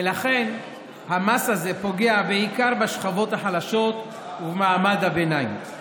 ולכן המס הזה פוגע בעיקר בשכבות החלשות ובמעמד הביניים.